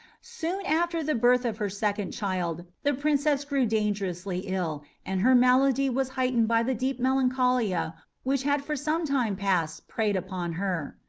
soon after the birth of her second child the princess grew dangerously ill, and her malady was heightened by the deep melancholia which had for some time past preyed upon her.